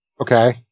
Okay